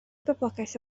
boblogaeth